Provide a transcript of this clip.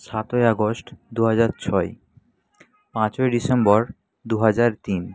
সাতই আগস্ট দু হাজার ছয় পাঁচই ডিসেম্বর দু হাজার তিন